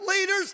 leaders